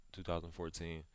2014